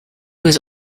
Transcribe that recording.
was